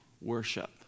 worship